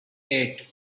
eight